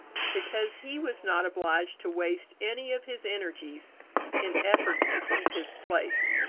because he was not obliged to waste any of his energies in efforts to keep his place.